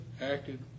acted